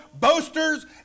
boasters